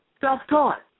Self-taught